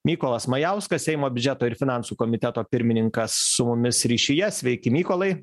mykolas majauskas seimo biudžeto ir finansų komiteto pirmininkas su mumis ryšyje sveiki mykolai